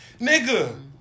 nigga